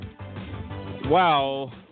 Wow